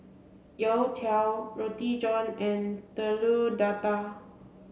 Youtiao Roti John and Telur Dadah